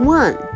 one